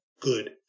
good